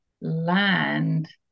land